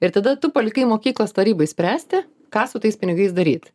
ir tada tu palikai mokyklos tarybai spręsti ką su tais pinigais daryt